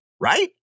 Right